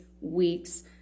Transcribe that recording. weeks